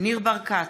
ניר ברקת,